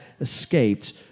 escaped